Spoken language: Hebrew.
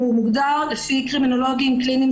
מוגדר על ידי קרימינולוגים קליניים